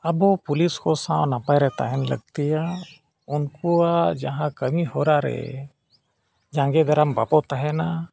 ᱟᱵᱚ ᱯᱩᱞᱤᱥ ᱠᱚ ᱥᱟᱶ ᱱᱟᱯᱟᱭ ᱨᱮ ᱛᱟᱦᱮᱱ ᱞᱟᱹᱠᱛᱤᱭᱟ ᱩᱱᱠᱩᱭᱟᱜ ᱡᱟᱦᱟᱸ ᱠᱟᱹᱢᱤᱦᱚᱨᱟ ᱨᱮ ᱡᱟᱸᱜᱮ ᱫᱟᱨᱟᱢ ᱵᱟᱵᱚ ᱛᱟᱦᱮᱱᱟ